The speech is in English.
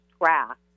track